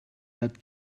that